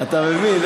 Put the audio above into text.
אתה מבין?